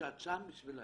שאת שם בשבילם.